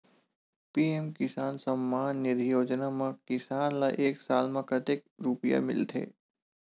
PM किसान सम्मान निधी योजना म किसान ल एक साल म कतेक रुपिया मिलथे?